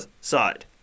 side